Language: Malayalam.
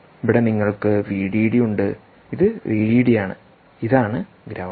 ഇവിടെ നിങ്ങൾക്ക് വിഡിഡി ഉണ്ട് ഇത് വിഡിഡി യാണ് ഇതാണ് ഗ്രൌണ്ട്